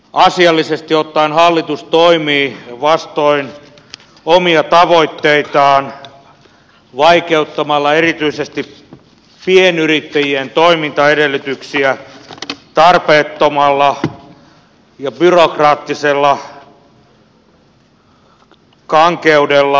asiallisesti ottaen hallitus toimii vastoin omia tavoitteitaan vaikeuttamalla erityisesti pienyrittäjien toimintaedellytyksiä tarpeettomalla ja byrokraattisella kankeudella